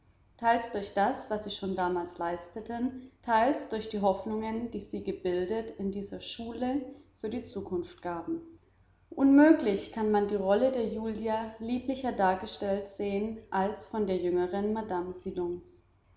teils durch das was sie schon damals leisteten teils durch die hoffnungen die sie gebildet in dieser schule für die zukunft gaben unmöglich kann man die rolle der julia lieblicher dargestellt sehen als von der jüngeren